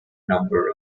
number